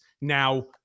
now